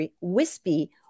wispy